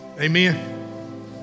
amen